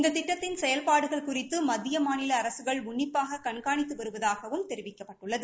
இந்த திட்டத்தின் செயல்பாடுகள் குறித்து மத்திய மாநில அரசுகள் உன்னிப்பாக கண்காணித்து வருவதாகவும் தெரிவிக்கப்பட்டுள்ளது